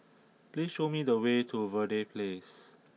please show me the way to Verde Place